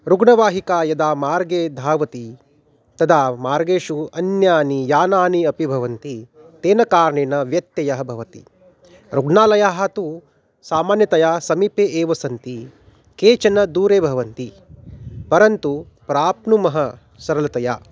रुग्णवाहिका यदा मार्गे धावति तदा मार्गेषु अन्यानि यानानि अपि भवन्ति तेन कारणेन व्यत्ययः भवति रुग्णालयाः तु सामान्यतया समीपे एव सन्ति केचन दूरे भवन्ति परन्तु प्राप्नुमः सरलतया